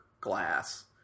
glass